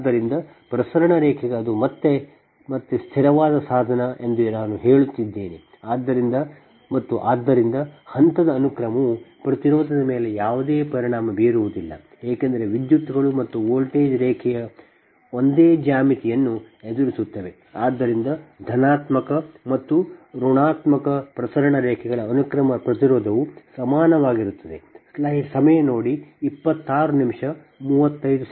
ಆದ್ದರಿಂದ ಪ್ರಸರಣ ರೇಖೆಗೆ ಅದು ಮತ್ತೆ ಮತ್ತೆ ಸ್ಥಿರವಾದ ಸಾಧನ ಎಂದು ನಾನು ಹೇಳುತ್ತಿದ್ದೇನೆ ಮತ್ತು ಆದ್ದರಿಂದ ಹಂತದ ಅನುಕ್ರಮವು ಪ್ರತಿರೋಧದ ಮೇಲೆ ಯಾವುದೇ ಪರಿಣಾಮ ಬೀರುವುದಿಲ್ಲ ಏಕೆಂದರೆ ವಿದ್ಯುತ್ಗಳು ಮತ್ತು ವೋಲ್ಟೇಜ್ ರೇಖೆಯ ಒಂದೇ ಜ್ಯಾಮಿತಿಯನ್ನು ಎದುರಿಸುತ್ತವೆ ಆದ್ದರಿಂದ ಧನಾತ್ಮಕ ಮತ್ತು ಋಣಾತ್ಮಕ ಪ್ರಸರಣ ರೇಖೆಗಳ ಅನುಕ್ರಮ ಪ್ರತಿರೋಧವು ಸಮಾನವಾಗಿರುತ್ತದೆ